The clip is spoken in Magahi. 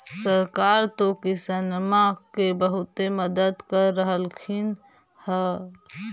सरकार तो किसानमा के बहुते मदद कर रहल्खिन ह?